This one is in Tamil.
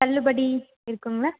தள்ளுபடி இருக்கும்ங்களா